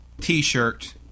t-shirt